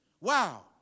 Wow